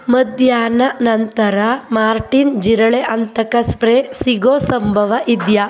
ಮಧ್ಯಾಹ್ನ ನಂತರ ಮಾರ್ಟಿನ್ ಜಿರಳೆ ಹಂತಕ ಸ್ಪ್ರೇ ಸಿಗೋ ಸಂಭವ ಇದೆಯಾ